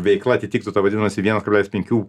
veikla atitiktų tą vadinamasi vienas kablelis penkių